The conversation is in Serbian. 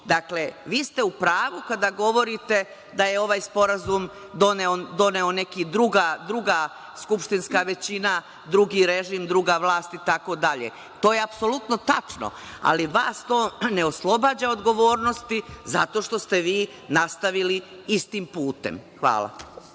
dakle, vi ste u pravu kada govorite da je ovaj sporazum doneo neka druga skupštinska većina, drugi režim, druga vlast, itd. To je apsolutno tačno, ali vas to ne oslobađa od odgovornosti zato što ste vi nastavili istim putem. Hvala.